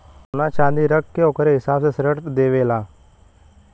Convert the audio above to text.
सोना च्नादी रख के ओकरे हिसाब से ऋण देवेला